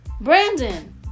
Brandon